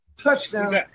Touchdown